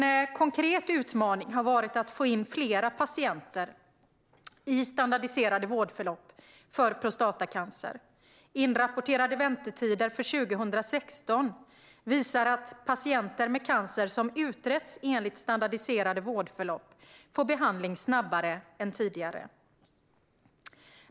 En konkret utmaning har varit att få in fler patienter i standardiserade vårdförlopp för prostatacancer. Inrapporterade väntetider för 2016 visar att patienter med cancer som utretts enligt standardiserade vårdförlopp får behandling snabbare än tidigare.